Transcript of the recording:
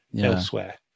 elsewhere